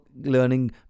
learning